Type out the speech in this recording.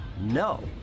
no